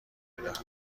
میدهد